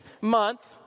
month